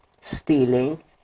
stealing